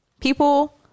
People